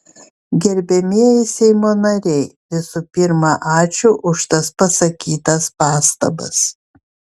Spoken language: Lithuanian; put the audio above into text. gerbiamieji seimo nariai visų pirma ačiū už tas pasakytas pastabas